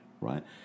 right